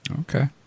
Okay